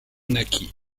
naquit